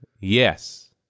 Yes